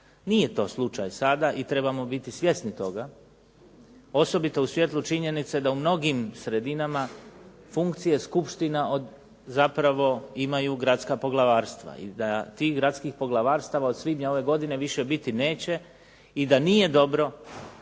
Nije to slučaj sada i trebamo biti svjesni toga, osobito u svjetlu činjenice da u mnogim sredinama funkcije skupština zapravo imaju gradska poglavarstva i da tih gradskih poglavarstava od svibnja ove godine više biti neće i da nije dobro